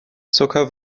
zucker